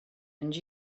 and